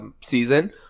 season